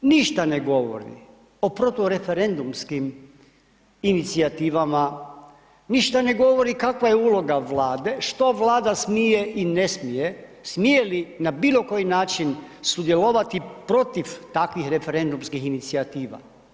Ništa ne govori o protureferendumskim inicijativama, ništa ne govori kakva je uloga Vlade, što Vlada smije i ne smije, smije li na bilo koji način sudjelovati protiv takvih referendumskih inicijativa.